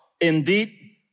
Indeed